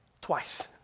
Twice